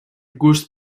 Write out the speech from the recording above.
gust